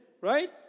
right